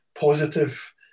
positive